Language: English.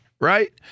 right